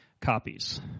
copies